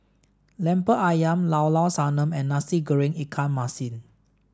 Lemper Ayam Llao Llao Sanum and Nasi Goreng Ikan Masin